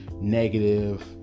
negative